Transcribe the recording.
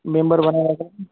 member बनावं लागेल